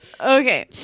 Okay